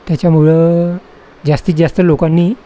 त्याच्यामुळं जास्तीत जास्त लोकांनी